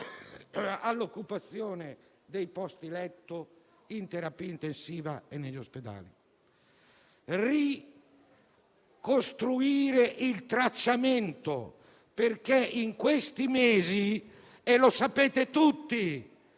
all'occupazione dei posti letto in terapia intensiva e negli ospedali. Occorre ricostruire il tracciamento, perché in questi mesi - lo sapete tutti